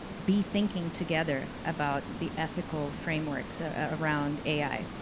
be thinking together about the ethical frameworks around ai.